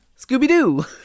Scooby-Doo